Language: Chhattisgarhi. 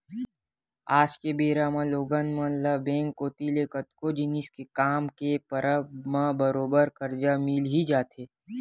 आज के बेरा म लोगन मन ल बेंक कोती ले कतको जिनिस के काम के परब म बरोबर करजा मिल ही जाथे